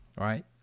right